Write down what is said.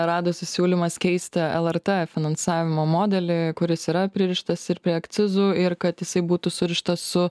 radosi siūlymas keisti lrt finansavimo modelį kuris yra pririštas ir prie akcizų ir kad jisai būtų surištas su